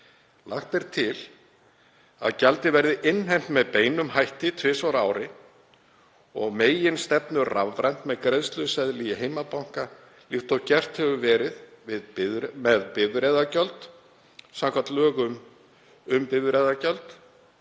Lagt er til að gjaldið verði innheimt með beinum hætti tvisvar á ári og að meginstefnu rafrænt með greiðsluseðli í heimabanka líkt og gert hefur verið með bifreiðagjöld, samkvæmt lögum um bifreiðagjald,